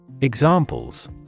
Examples